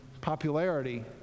popularity